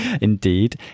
indeed